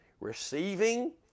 receiving